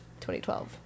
2012